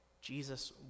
Jesus